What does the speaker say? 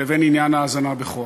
לבין עניין ההזנה בכוח.